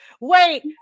Wait